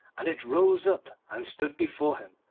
and it rose up and stood before him,